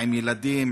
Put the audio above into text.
עם ילדים,